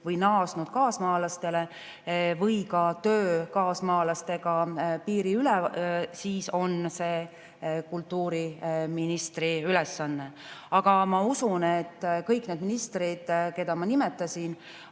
või naasnud kaasmaalastele või ka tööst kaasmaalastega piiriüleselt, siis on see kultuuriministri ülesanne. Aga ma usun, et need mõlemad ministrid, keda ma nimetasin,